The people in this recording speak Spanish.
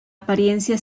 apariencia